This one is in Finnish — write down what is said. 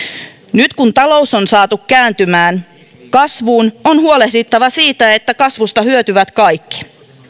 nyt kun talous on saatu kääntymään kasvuun on huolehdittava siitä että kasvusta hyötyvät kaikki